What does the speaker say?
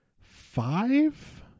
five